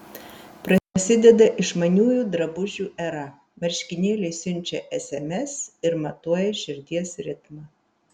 prasideda išmaniųjų drabužių era marškinėliai siunčia sms ir matuoja širdies ritmą